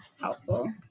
helpful